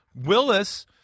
Willis